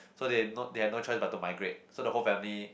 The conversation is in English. so they no they had no choice but to migrate so the whole family